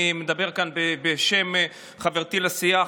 אני מדבר כאן בשם חברתי לסיעה,